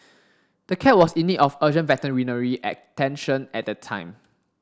the cat was in need of urgent veterinary attention at the time